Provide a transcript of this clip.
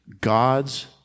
God's